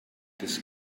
this